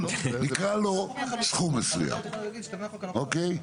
נקרא לו סכום מסוים, אוקיי?